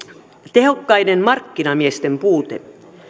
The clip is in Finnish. tehokkaiden markkinamiesten puute